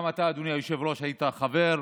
גם אתה, אדוני היושב-ראש היית חבר,